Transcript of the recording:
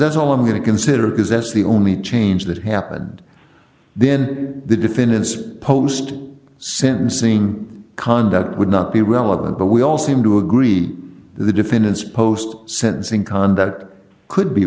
's all i'm going to consider because that's the only change that happened then the defendant's post sentencing conduct would not be relevant but we all seem to agree the defendant's post sentencing conduct could be